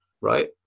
right